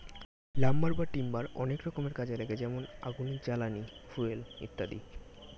lumber বা timber অনেক রকমের কাজে লাগে যেমন আগুনের জ্বালানি, ফুয়েল ইত্যাদি